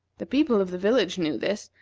the people of the village knew this,